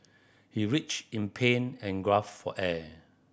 he in pain and for air